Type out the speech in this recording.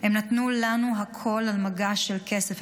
הם נתנו לנו הכול על מגש של כסף.